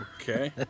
Okay